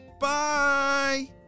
Bye